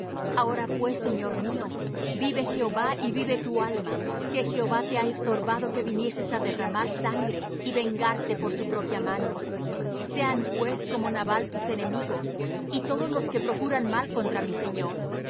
ahora pues señor mío vive jehová y vive tu alma que jehová te ha estorbado que vinieses á derramar sangre y vengarte por tu propia mano sean pues como nabal tus enemigos y todos los que procuran mal contra mi señor